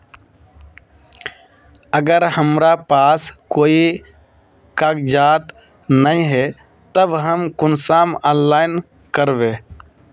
अगर हमरा पास कोई कागजात नय है तब हम कुंसम ऑनलाइन करबे?